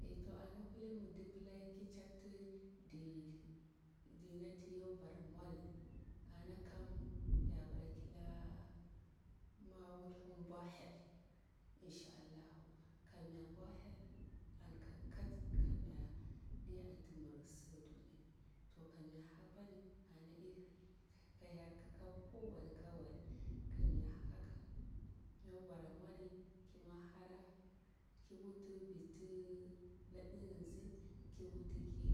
Eh to ana mi di pila ki charti di di natiyo bara mwari, ana kam ya bara kila ki mwo wulhin mbwa hyel inshaallahu kam nya bwa hyeln an kan kat, kamnya kamnya ni anti bur si o duniya, to kamya apanni ana eh ka hyel kika ko wari ka wari, kamya haka yo bara mwori ki mwo hara ki wuti viti nabi nzi, ki wuti ki